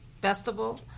Festival